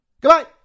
Goodbye